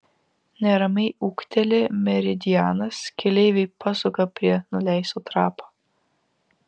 neramiai ūkteli meridianas keleiviai pasuka prie nuleisto trapo